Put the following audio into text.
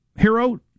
hero